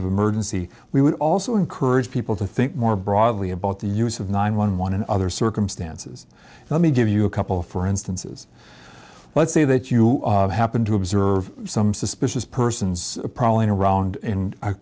of emergency we would also encourage people to think more broadly about the use of nine one one in other circumstances let me give you a couple for instances let's say that you happen to observe some suspicious persons probably around in